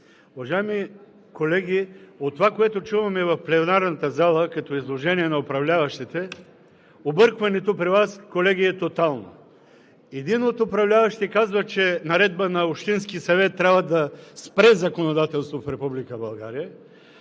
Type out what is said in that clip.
Уважаеми колеги, от това, което чуваме в пленарната зала като изложение на управляващите, объркването при Вас, колеги, е тотално. Един от управляващите казва, че наредба на общински съвет трябва да спре законодателство в